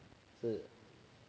是